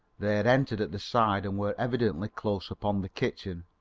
they had entered at the side and were evidently close upon the kitchen.